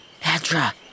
Petra